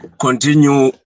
continue